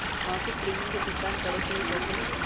मासिक प्रीमियम के भुगतान करे के हई कैसे होतई?